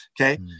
Okay